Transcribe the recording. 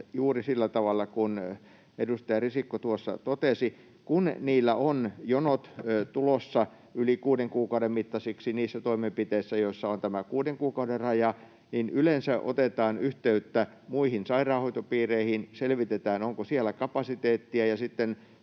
juuri sillä tavalla kuin edustaja Risikko tuossa totesi: kun niillä ovat jonot tulossa yli kuuden kuukauden mittaisiksi niissä toimenpiteissä, joissa on tämä kuuden kuukauden raja, niin yleensä otetaan yhteyttä muihin sairaanhoitopiireihin, selvitetään, onko siellä kapasiteettia,